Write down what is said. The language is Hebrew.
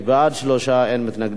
בעד, 3, אין מתנגדים.